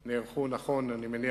ואני מניח שהם נערכו נכון לאתמול,